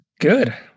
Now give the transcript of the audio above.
Good